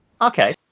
okay